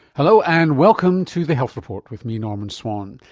hello, and welcome to the health report with me, norman swan.